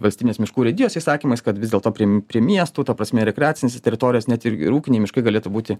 valstybinės miškų urėdijos įsakymais kad vis dėlto prie prie miestų ta prasme rekreacinės teritorijos net ir ūkiniai miškai galėtų būti